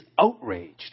outraged